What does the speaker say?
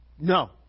No